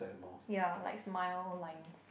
ya like smile lines